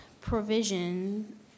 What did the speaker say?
provision